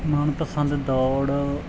ਮਨਪਸੰਦ ਦੌੜ